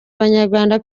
abanyarwanda